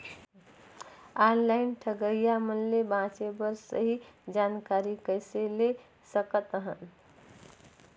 Online ठगईया मन ले बांचें बर सही जानकारी कइसे ले सकत हन?